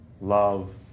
love